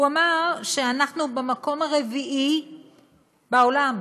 הוא אמר שאנחנו במקום הרביעי בעולם